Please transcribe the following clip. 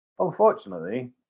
Unfortunately